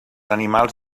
animals